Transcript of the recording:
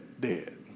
dead